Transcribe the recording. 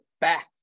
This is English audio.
back